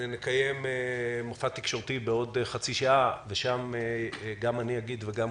נקיים מופע תקשורתי בעוד חצי שעה ושם אני וכל